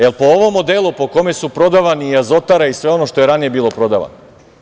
Jel po ovom modelu po kome su prodavani Azotara i sve ono što je ranije bilo prodato?